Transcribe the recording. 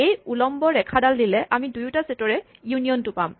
এই উলম্ব ৰেখাডাল দিলে আমি এই দুটা ছেটৰ ইউনিয়নটো পাম